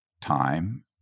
time